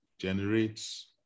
generates